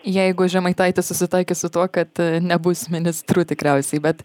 jeigu žemaitaitis susitaikys su tuo kad nebus ministru tikriausiai bet